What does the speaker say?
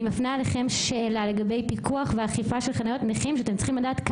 אני מפנה אליכם שאלה לגבי פיקוח ואכיפה של חניות נכים שאתם צריכים לדעת,